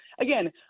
again